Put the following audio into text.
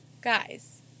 guys